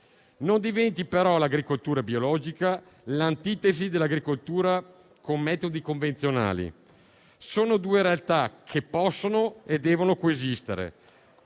Non diventi però l'agricoltura biologica l'antitesi dell'agricoltura con metodi convenzionali. Sono due realtà che possono e devono coesistere.